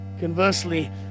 Conversely